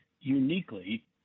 uniquely